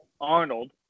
Arnold